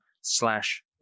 slash